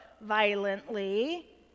violently